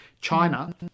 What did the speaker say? China